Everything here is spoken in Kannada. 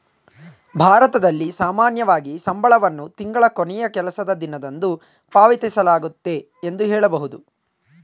ಭಾರತದಲ್ಲಿ ಸಾಮಾನ್ಯವಾಗಿ ಸಂಬಳವನ್ನು ತಿಂಗಳ ಕೊನೆಯ ಕೆಲಸದ ದಿನದಂದು ಪಾವತಿಸಲಾಗುತ್ತೆ ಎಂದು ಹೇಳಬಹುದು